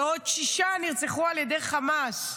ועוד שישה נרצחו על ידי חמאס.